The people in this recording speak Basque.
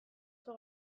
oso